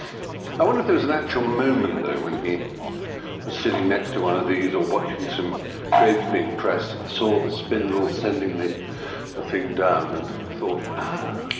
i wonder if there was an actual moment, though, when he was sitting next to one of these, or watching some grapes being pressed and saw the spindle sending the the thing down, and thought, ah,